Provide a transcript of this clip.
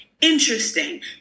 Interesting